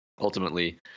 Ultimately